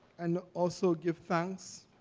and also give thanks.